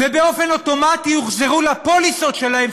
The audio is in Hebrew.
ובאופן אוטומטי הוחזרו לפוליסות שלהם,